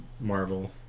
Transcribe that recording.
Marvel